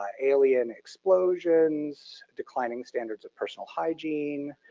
um alien explosions, declining standards of personal hygiene,